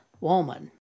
woman